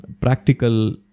practical